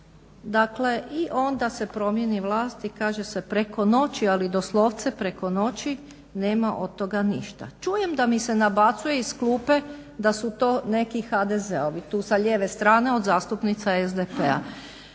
poslove i onda se promjeni vlast i kaže se preko noći, ali doslovce preko noći, nema od toga ništa. Čujem da mi se nabacuje iz klupe da su to neki HDZ-ovi, tu sa lijeve strane od zastupnica SDP-a.